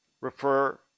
refer